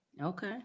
Okay